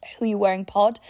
whoyouwearingpod